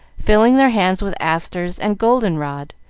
filling their hands with asters and golden-rod,